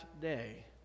day